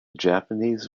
japanese